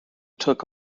took